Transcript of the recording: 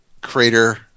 crater